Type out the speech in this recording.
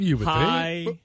hi